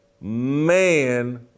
Man